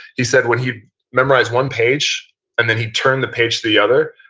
he said when he memorized one page and then he turned the page to the other,